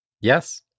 Yes